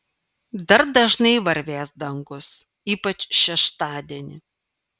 dar dažnai varvės dangus ypač šeštadienį